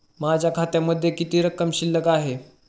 माझ्या खात्यामध्ये किती रक्कम शिल्लक आहे?